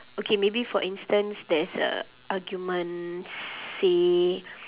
okay maybe for instance there is a argument say